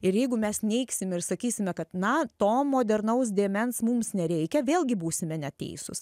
ir jeigu mes neigsim ir sakysime kad na to modernaus dėmens mums nereikia vėlgi būsime neteisūs